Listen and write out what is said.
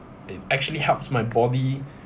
it actually helps my body